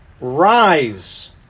Rise